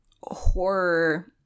horror